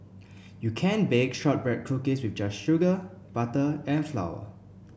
you can bake shortbread cookies with just sugar butter and flour